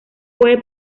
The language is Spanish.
puede